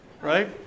right